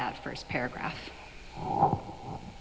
that first paragraph